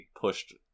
pushed